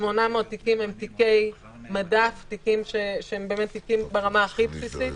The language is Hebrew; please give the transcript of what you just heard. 800 תיקים הם תיקי מדף, שהם ברמה הכי בסיסית.